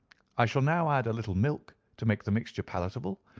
i shall now add a little milk to make the mixture palatable,